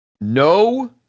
No